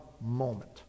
moment